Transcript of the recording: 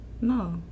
No